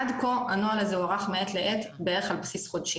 עד כה הנוהל הזה הוארך מעת לעת בערך על בסיס חודשי.